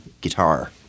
guitar